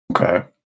Okay